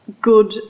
good